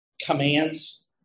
commands